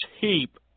heap